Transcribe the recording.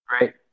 right